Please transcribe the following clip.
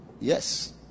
yes